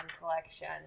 Collection